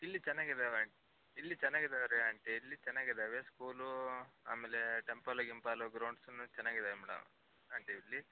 ಇಲ್ಲಿ ಚೆನ್ನಾಗಿದ್ದಾವೆ ಆಂಟ್ ಇಲ್ಲಿ ಚೆನ್ನಾಗಿದ್ದಾವೆ ರಿ ಆಂಟಿ ಇಲ್ಲಿ ಚೆನ್ನಾಗಿದಾವ್ರಿ ಸ್ಕೂಲೂ ಆಮೇಲೆ ಟೆಂಪಲು ಗಿಂಪಲು ಗ್ರೌಂಡ್ ಫ್ಲೋರ್ ಚೆನ್ನಾಗಿದ್ದಾವೆ ಮೇಡಮ್ ಆಂಟಿ ಇಲ್ಲಿ